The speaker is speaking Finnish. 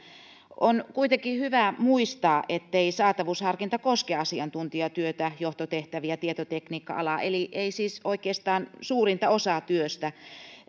on kuitenkin hyvä muistaa ettei saatavuusharkinta koske asiantuntijatyötä johtotehtäviä tietotekniikka alaa eli ei siis oikeastaan suurinta osaa työstä